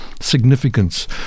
significance